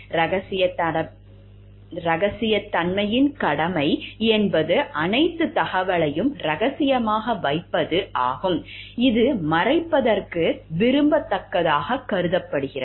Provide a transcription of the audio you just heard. இரகசியத்தன்மையின் கடமை என்பது அனைத்து தகவல்களையும் இரகசியமாக வைத்திருப்பது ஆகும் இது மறைப்பதற்கு விரும்பத்தக்கதாகக் கருதப்படுகிறது